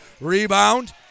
Rebound